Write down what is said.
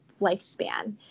lifespan